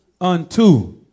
Unto